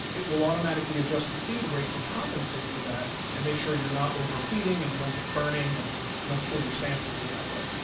it will automatically adjust the feed rate to compensate for that and make sure you're not over feeding and you don't get burning and you don't kill your sandpaper that way.